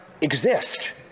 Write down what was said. exist